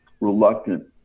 reluctant